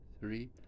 three